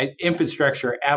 infrastructure